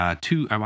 two